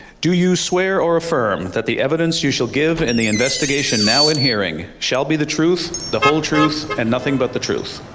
do you swear or affirm that the evidence you shall give in the investigation now in hearing shall be the truth, the whole truth, and nothing but the truth?